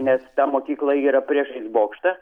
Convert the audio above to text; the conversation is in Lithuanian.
nes ta mokykla yra priešais bokštą